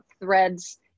threads